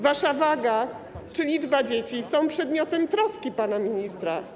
Wasza waga czy liczba dzieci są przedmiotem troski pana ministra.